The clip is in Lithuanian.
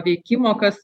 veikimo kas